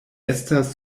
estas